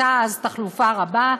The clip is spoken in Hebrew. הייתה אז תחלופה רבה,